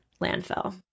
landfill